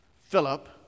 Philip